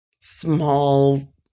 small